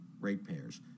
ratepayers